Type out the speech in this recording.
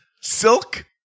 silk